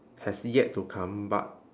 has yet to come but